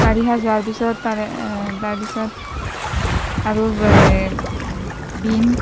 বাৰিষা যোৱাৰ পিছত তাৰে তাৰ পিছত আৰু এই বীন